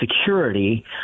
security